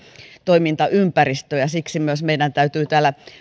toimintaympäristöä myllerretään siksi myös meidän täytyy täällä